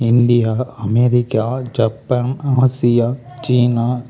India America Japan Asia China